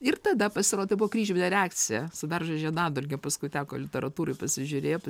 ir tada pasirodo tai buvo kryžmine reakcija su beržo žiedadulkėm paskui teko literatūroj pasižiūrėti